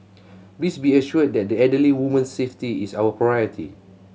please be assured that the elderly woman's safety is our priority